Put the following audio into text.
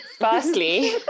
firstly